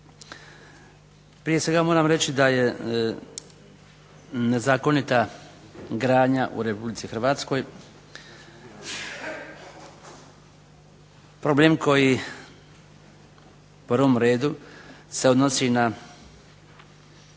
Prije svega moram reći da je nezakonita gradnja u Republici Hrvatskoj, problem koji u prvom redu se odnosi na